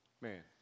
man